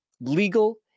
legal